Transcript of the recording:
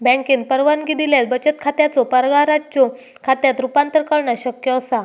बँकेन परवानगी दिल्यास बचत खात्याचो पगाराच्यो खात्यात रूपांतर करणा शक्य असा